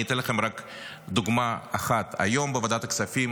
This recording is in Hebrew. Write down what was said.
אני אתן לכם רק דוגמה אחת: היום בוועדת הכספים